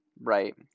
right